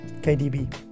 KDB